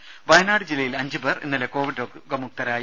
രുമ വയനാട് ജില്ലയിൽ അഞ്ചു പേർ കോവിഡ് രോഗമുക്തരായി